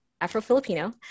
Afro-Filipino